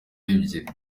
ebyiri